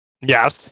yes